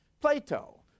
Plato